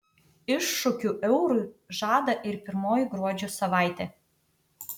iššūkių eurui žada ir pirmoji gruodžio savaitė